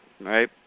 right